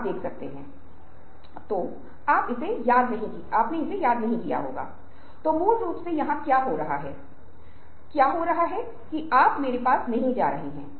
आप देख सकते हैं कि उच्चतर प्रवाह उच्चता की मौलिकता होगी